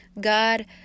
God